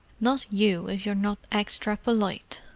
not you, if you're not extra polite!